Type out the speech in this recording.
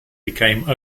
became